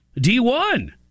D1